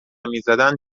میزدن